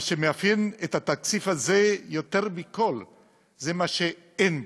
מה שמאפיין את התקציב הזה יותר מכול הוא מה שאין בו.